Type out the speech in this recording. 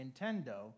Nintendo